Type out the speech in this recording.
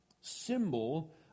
symbol